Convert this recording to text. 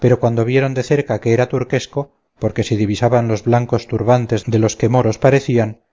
pero cuando vieron de cerca que era turquesco porque se divisaban los blancos turbantes de los que moros parecían